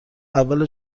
اول